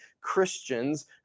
Christians